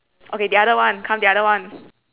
okay the other one come the other one